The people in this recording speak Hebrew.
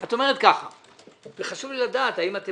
את אומרת ככה וחשוב לי לדעת האם אתם